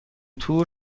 تور